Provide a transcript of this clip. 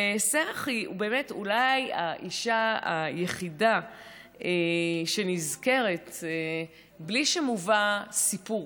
ושרח היא באמת אולי האישה היחידה שנזכרת בלי שמובא סיפור,